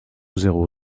zéro